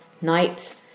night